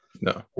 no